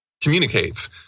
communicates